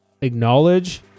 Acknowledge